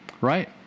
right